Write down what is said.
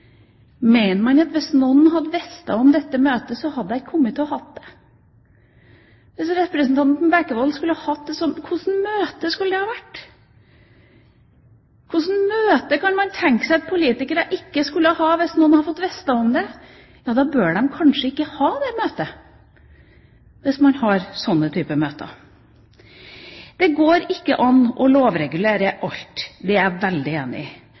Mener man at hvis noen hadde visst om et møte, så hadde man ikke hatt det? Hvis representanten Bekkevold skulle hatt det, hva slags møte skulle det ha vært? Hva slags møte kan man tenke seg at politikere ikke skulle ha hvis noen hadde fått vite om det? Da bør de kanskje ikke ha det møtet, hvis man har sånne typer møter. Det går ikke an å lovregulere alt. Det er jeg veldig enig i.